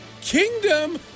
Kingdom